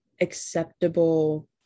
acceptable